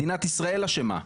מדינת ישראל אשמה.